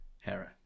Hera